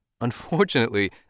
Unfortunately